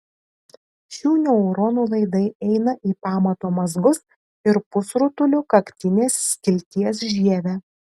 šių neuronų laidai eina į pamato mazgus ir pusrutulių kaktinės skilties žievę